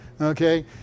okay